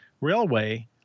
railway